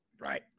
Right